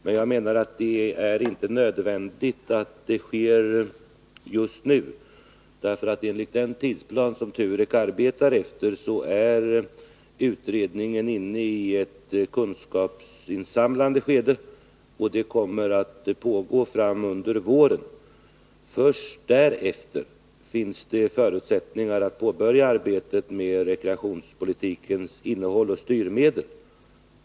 Men enligt min mening är det inte nödvändigt att detta sker just nu, eftersom TUREK enligt den tidsplan utredningen arbetar efter är inne i ett kunskapsinsamlande skede, och det kommer att pågå under våren. Först därefter finns det förutsättningar för att påbörja arbetet med att utforma rekreationspolitikens innehåll och styrmedel.